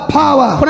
power